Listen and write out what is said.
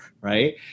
right